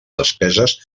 despeses